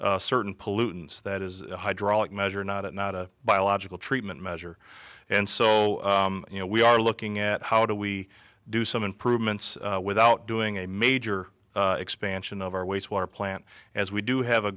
certain pollutants that is hydraulic measure not it not a biological treatment measure and so you know we are looking at how do we do some improvements without doing a major expansion of our wastewater plant as we do have a